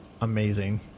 Amazing